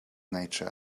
nature